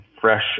fresh